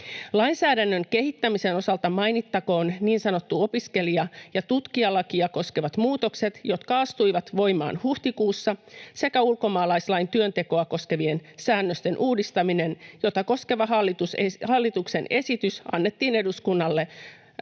Lainsäädännön kehittämisen osalta mainittakoon niin sanottua opiskelija- ja tutkijalakia koskevat muutokset, jotka astuivat voimaan huhtikuussa, sekä ulkomaalaislain työntekoa koskevien säännösten uudistaminen, jota koskeva hallituksen esitys annettiin eduskunnalle